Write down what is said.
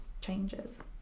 changes